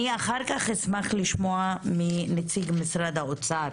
אני אחר כך אשמח לשמוע מנציג משרד האוצר.